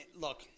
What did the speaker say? look